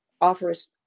offers